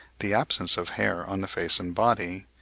the absence of hair on the face and body,